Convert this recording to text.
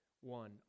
one